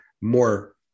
more